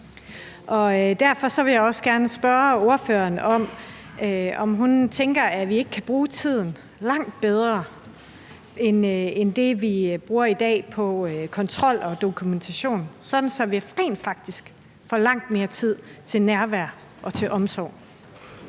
Derfor vil jeg også gerne spørge ordføreren, om ikke hun tænker, at vi kan bruge tiden langt bedre, sådan at vi rent faktisk får langt mere tid til nærvær og til omsorg